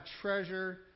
treasure